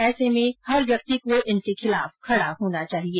ऐसे में हर व्यक्ति को इसके खिलाफ खडा होना चाहिये